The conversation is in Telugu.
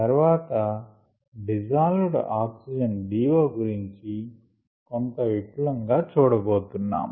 తర్వాత డిజాల్వ్డ్ ఆక్సిజన్ DO గురించి కొంత విపులంగా చూడబోతున్నాం